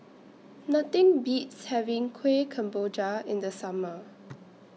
Nothing Beats having Kuih Kemboja in The Summer